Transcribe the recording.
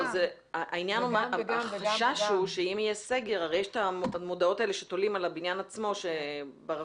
הרי יש המודעות האלה שתולים על הבניין עצמו ברחוב.